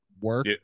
work